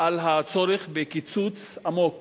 על הצורך בקיצוץ עמוק